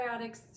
probiotics